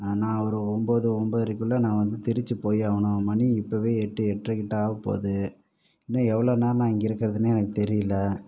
நான் ஒரு ஒன்போது ஒன்போதரைக்குள்ள நான் வந்து திருச்சி போய் ஆகணும் மணி இப்போவே எட்டு எட்ரைக்கிட்ட ஆக போது இன்னும் எவ்வளோ நேரம் நான் இங்கே இருக்கிறதுன்னு எனக்கு தெரியல